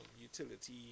utility